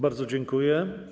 Bardzo dziękuję.